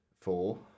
Four